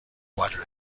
bladder